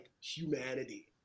humanity